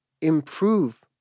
improve